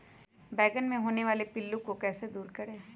बैंगन मे होने वाले पिल्लू को कैसे दूर करें?